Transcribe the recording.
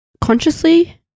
consciously